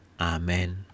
Amen